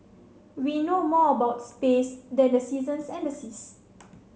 we know more about space than the seasons and the seas